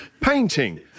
painting